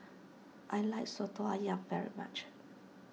I like Soto Ayam very much